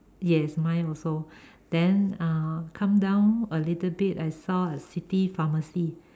yes mine also then uh come down a little bit I saw a city pharmacy